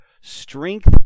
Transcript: strength